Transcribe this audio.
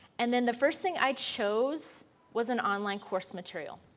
and then the first thing i chose was an online course material.